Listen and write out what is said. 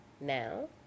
now